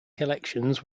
collections